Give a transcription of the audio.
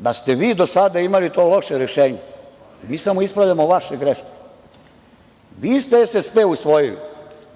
da ste vi do sada imali to loše rešenje? Mi samo ispravljamo vaše greške. Vi ste SSP usvojili.